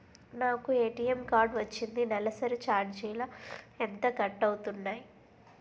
నాకు ATM card వచ్చింది నెలసరి ఛార్జీలు ఎంత కట్ అవ్తున్నాయి?